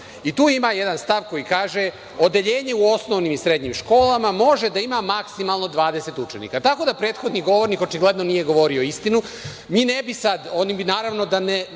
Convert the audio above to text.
i tu ima jedan stav koji kaže – odeljenje u osnovnim ili srednjim školama može da ima maksimalno 20 učenika. Tako da, prethodni govornik očigledno nije govorio istinu. Oni bi da ne